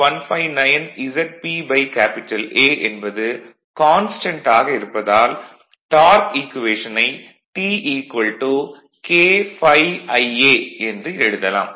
159ZPA என்பது constant ஆக இருப்பதால் டார்க் ஈக்குவேஷனை T K ∅ Ia என்று எழுதலாம்